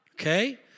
Okay